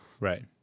Right